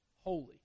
holy